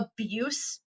abuse